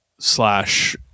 slash